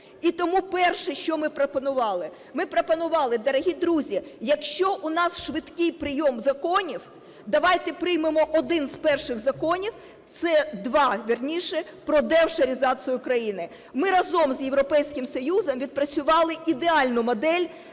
І тому, перше, що ми пропонували. Ми пропонували, дорогі друзі, якщо у нас швидкий прийом законів, давайте приймемо один з перших законів, це два, вірніше, про деофшоризацію країни. Ми разом з Європейським Союзом відпрацювали ідеальну модель,